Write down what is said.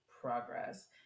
progress